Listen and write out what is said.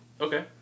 Okay